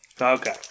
Okay